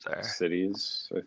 cities